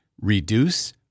reduce